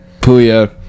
puya